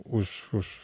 už už